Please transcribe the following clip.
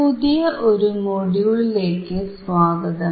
പുതിയൊരു മൊഡ്യൂളിലേക്കു സ്വാഗതം